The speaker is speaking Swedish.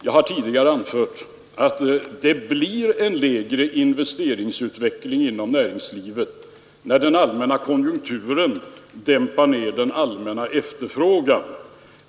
Jag har tidigare anfört att det blir en sämre investeringsutveckling inom näringslivet när den allmänna konjunkturen dämpar ner den allmänna efterfrågan.